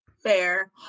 fair